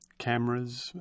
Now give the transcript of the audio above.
cameras